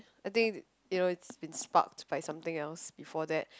I think you know it's been sparked by something else before that